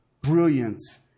brilliance